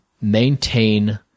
maintain